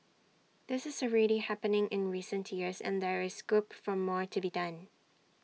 this is already happening in recent years and there is scope for more to be done